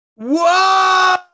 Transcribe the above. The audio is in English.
Whoa